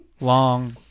Long